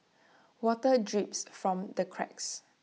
water drips from the cracks